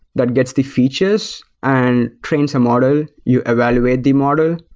that gets the features and trains a model. you evaluate the model.